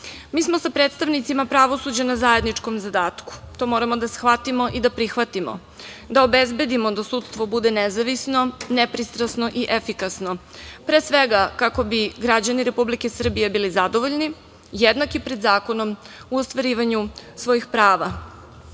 smo sa predstavnicima pravosuđa na zajedničkom zadatku. To moramo da shvatimo i da prihvatimo, da obezbedimo da sudstvo bude nezavisno, nepristrasno i efikasno, pre svega kako bi građani Republike Srbije bili zadovoljni, jednaki pred zakonom u ostvarivanju svojih